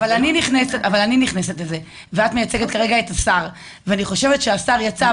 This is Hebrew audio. אז את המסר הזה את יכולה